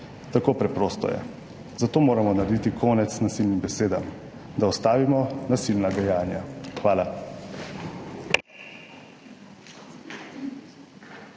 tako preprosto je. Zato moramo narediti konec nasilnim besedam, da ustavimo nasilna dejanja. Hvala.